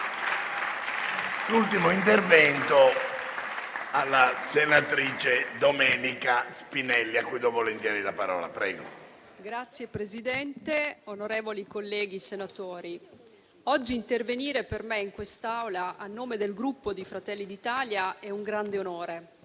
Signor Presidente, onorevoli colleghi senatori, oggi intervenire per me in quest'Aula a nome del Gruppo Fratelli d'Italia è un grande onore.